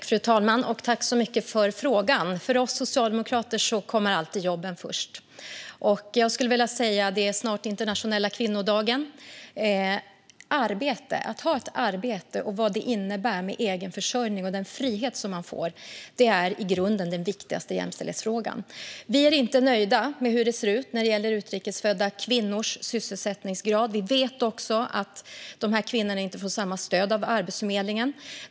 Fru talman! Tack för frågan! För oss socialdemokrater kommer jobben alltid först. Det är snart internationella kvinnodagen. Att ha ett arbete och vad det innebär med egen försörjning och den frihet man får är i grunden den viktigaste jämställdhetsfrågan. Vi är inte nöjda med hur det ser ut vad gäller utrikes födda kvinnors sysselsättningsgrad. Vi vet också att dessa kvinnor inte får samma stöd av Arbetsförmedlingen.